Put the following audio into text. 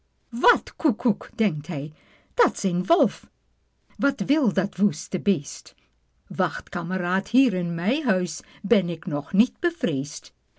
wat koekoek denkt hij dat s een wolf wat wil dat woeste beest wacht kameraad hier in mijn huis ben ik nog niet bevreesd